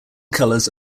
colors